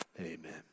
Amen